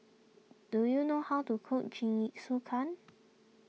do you know how to cook Jingisukan